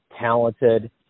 talented